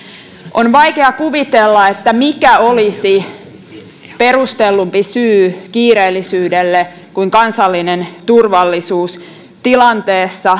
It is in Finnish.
on vaikea kuvitella mikä olisi perustellumpi syy kiireellisyydelle kuin kansallinen turvallisuus tilanteessa